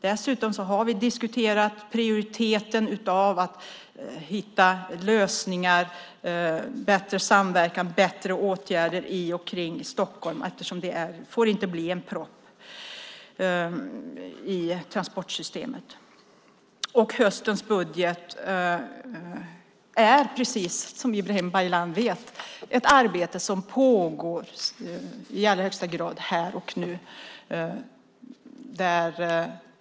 Dessutom har det prioritet att hitta lösningar, bättre samverkan och bättre åtgärder i och kring Stockholm. Det får inte bli en propp i transportsystemet. Höstens budget är, precis som Ibrahim Baylan vet, ett arbete som i allra högsta grad pågår här och nu.